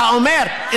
אתה אומר,